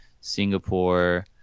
Singapore